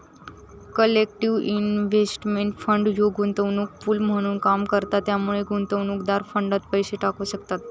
collective investment fund ह्यो गुंतवणूक pool म्हणून काम करता त्यामुळे गुंतवणूकदार फंडात पैसे टाकू शकतत